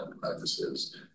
practices